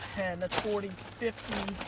and that's forty, fifty,